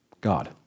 God